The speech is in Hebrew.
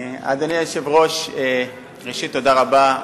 אדוני היושב-ראש, ראשית, תודה רבה.